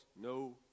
no